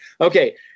Okay